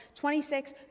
26